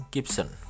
Gibson